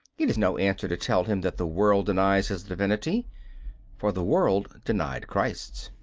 it is no answer to tell him that the world denies his divinity for the world denied christ's.